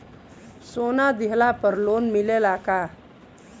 सोना दिहला पर लोन मिलेला का?